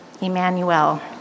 Emmanuel